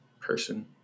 person